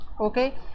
okay